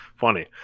Funny